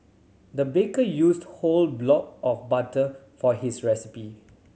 the baker used the whole block of butter for this recipe